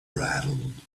rattled